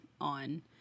on